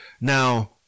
now